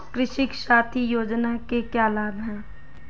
कृषक साथी योजना के क्या लाभ हैं?